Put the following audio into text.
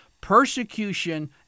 persecution